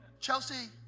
Chelsea